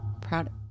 Proud